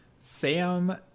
Sam